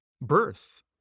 birth